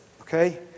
okay